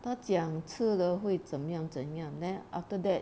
他讲吃了会怎样怎样 then after that